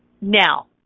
Now